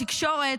תקשורת,